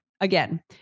again